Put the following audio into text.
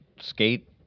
skate